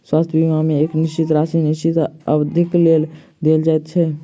स्वास्थ्य बीमा मे एक निश्चित राशि निश्चित अवधिक लेल देल जाइत छै